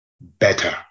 better